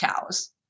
cows